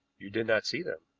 you did not see them?